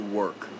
work